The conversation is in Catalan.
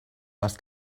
les